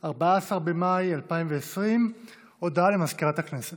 14 במאי 2020. הודעה למזכירת הכנסת.